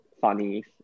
funny